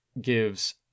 gives